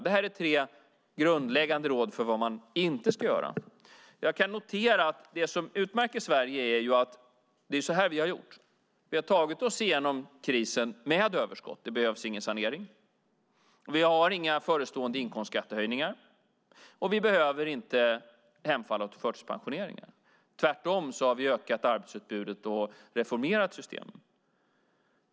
Det är tre grundläggande råd för vad man inte ska göra. Jag kan notera att det som utmärker Sverige är: Vi har tagit oss igenom krisen med överskott - det behövs ingen sanering. Vi har inga förestående inkomstskattehöjningar. Vi behöver inte hemfalla åt förtidspensioneringar. Tvärtom har vi ökat arbetsutbudet och reformerat systemet.